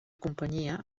companyia